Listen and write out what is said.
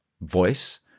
voice